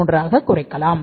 33 ஆகக் குறைக்கலாம்